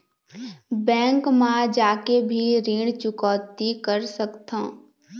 Bank मा जाके भी ऋण चुकौती कर सकथों?